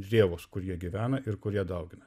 rėvos kur jie gyvena ir kur jie daugina